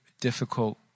difficult